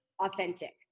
authentic